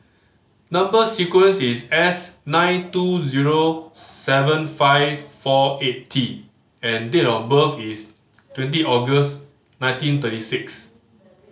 number sequence is S nine two zero seven five four eight T and date of birth is twenty August nineteen thirty six